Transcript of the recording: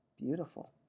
beautiful